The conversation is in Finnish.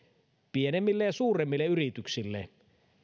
pienemmille ja suuremmille yrityksille